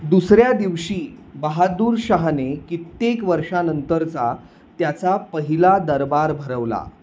दुसऱ्या दिवशी बहादूरशहाने कित्येक वर्षानंतरचा त्याचा पहिला दरबार भरवला